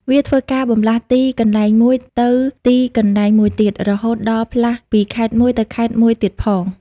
វាធ្វើការបន្លាស់ទីកន្លែងមួយទៅទីកន្លែងមួយទៀត រហូតដល់ផ្លាស់ពីខេត្តមួយទៅខេត្តមួយទៀតផង ។